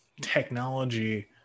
technology